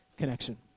Connection